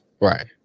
Right